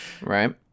Right